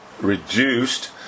reduced